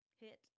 hit